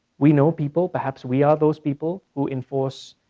we know people, perhaps we are those people who enforce,